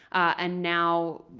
and now